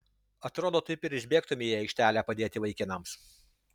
atrodo taip ir išbėgtumei į aikštelę padėti vaikinams